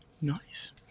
Nice